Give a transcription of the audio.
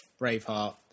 Braveheart